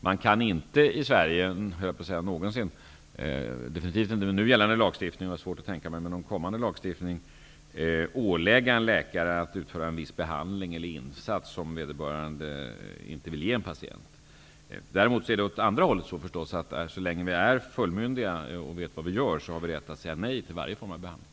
Man kan inte i Sverige -- definitivt inte med nu gällande lagstiftning, och jag har svårt att tänka mig att det skulle bli möjligt med någon framtida lagstiftning -- ålägga en läkare att utföra en viss behandling eller insats som vederbörande inte vill ge en patient. Å andra sidan däremot gäller att vi, så länge vi är myndigförklarade och vet vad vi gör, har rätt att säga nej till varje form av behandling.